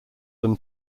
them